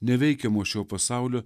neveikiamos šio pasaulio